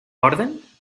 orden